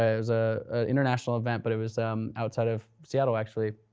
ah was ah an international event, but it was um outside of seattle actually.